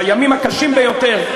בימים הקשים ביותר,